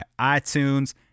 iTunes